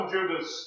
Judas